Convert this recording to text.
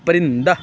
پرندہ